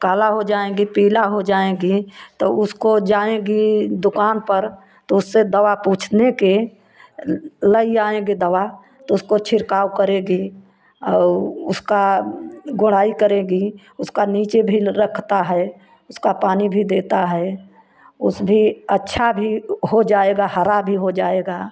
काला हो जाएंगे पीला हो जाएंगे तो उसको जाएंगी दुकान पर तो उससे दवा पूछने के लइ आएंगे दवा तो उसको छिड़काव करेगी और उसका गोड़ाई करेगी उसका नीचे भी रखता है उसका पानी भी देता है उस भी अच्छा भी हो जाएगा हरा भी हो जाएगा